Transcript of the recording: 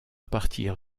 partir